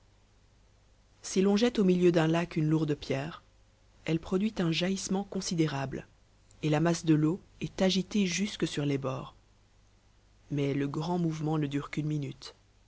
si l'on jette au milieu d'un lac une lourde pierre elle produit un jaillissement considérable et la masse de l'eau est agitée jusque sur les bords mais le grand mouvement ne dure qu'une minute